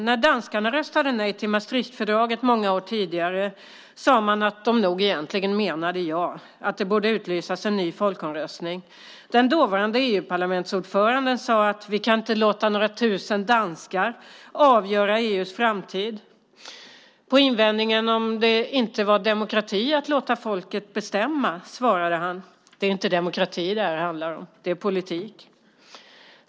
När danskarna röstade nej till Maastrichtfördraget många år tidigare sade man att de nog egentligen menade ja, att det borde utlysas en ny folkomröstning. Den dåvarande EU-parlamentsordföranden sade att vi inte kan låta några tusen danskar avgöra EU:s framtid. På invändningen om det inte var demokrati att låta folket bestämma svarade han: Det är inte demokrati det här handlar om, det är politik.